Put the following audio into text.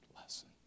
lesson